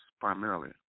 primarily